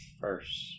first